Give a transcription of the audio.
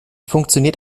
funktioniert